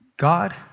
God